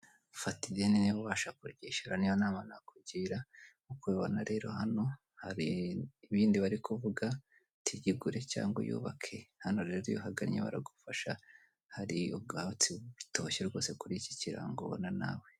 Fata ideni niba ubasha kuryishyura niyo nama nakugira ukobona rero hano hari ibindi bari kuvuga tigigu cyangwa yubake hano rero ubagannye baragufasha, hari ubwatsi butoshye rwose kuri iki kirango ubona nawe.